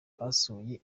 basohoye